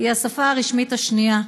היא השפה הרשמית השנייה,